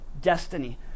destiny